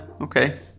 okay